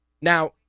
Now